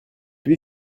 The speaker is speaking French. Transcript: lui